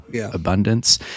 abundance